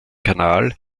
kanal